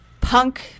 punk